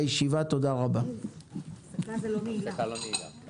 (הישיבה נפסקה בשעה 11:31 ונתחדשה בשעה 12:15.)